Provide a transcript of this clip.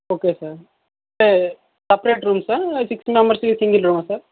okay sir అంటే separate rooms ఆ six members కి సింగల్ రూమ్ ఆ సార్